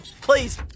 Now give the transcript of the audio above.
please